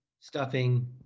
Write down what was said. stuffing